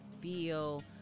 feel